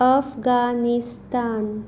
Afghanistan